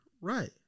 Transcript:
right